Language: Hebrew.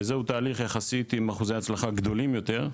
וזהו תהליך עם יחסית אחוזי הצלחה גדולים יותר,